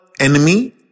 enemy